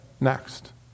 next